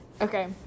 okay